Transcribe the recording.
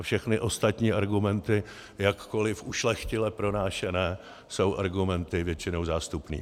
A všechny ostatní argumenty, jakkoliv ušlechtile pronášené, jsou argumenty většinou zástupné.